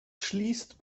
schließt